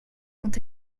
quand